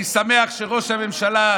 אני שמח שראש הממשלה,